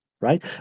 right